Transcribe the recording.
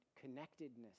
connectedness